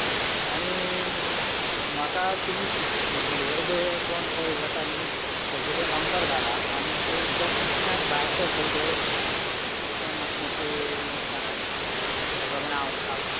आन आनी म्हाका तुमी डिलिवरी बॉय कोण पय येता न्ही तेगेले नंबर धाडात आनीक तो कितल्यांक भायर सरतलो पळय तें म्हाका मातशें सांगात त्या प्रमाणे हांव थंय रावता